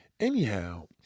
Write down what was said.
Anyhow